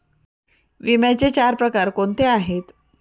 विम्याचे चार प्रकार कोणते आहेत?